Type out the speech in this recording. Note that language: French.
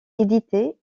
édité